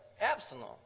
Absalom